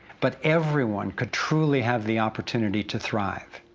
but everyone could truly have the opportunity to thrive.